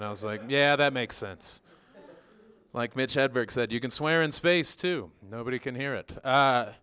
and i was like yeah that makes sense like mitch hedberg said you can swear in space to nobody can hear it